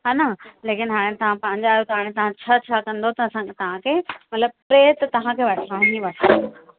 है न लेकिन हाणे तव्हां पंहिंजा आयो त हाणे त छह छा कंदो त असां तव्हां खे मतिलबु टे त तव्हां खे वठिणी पवंदी